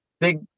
big